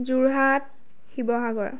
Jorhat Sivasagar